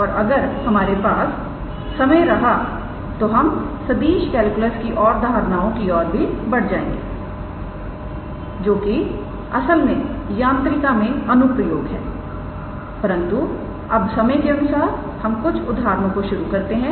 और अगर हमारे पास समय रहा तो हम सदिश कैलकुलस की ओर धारणाओं की ओर बढ़ जाएंगे जो कि असल में यांत्रिका में अनुप्रयोग है परंतु अब समय के अनुसार हम कुछ उदाहरणों को शुरू करते हैं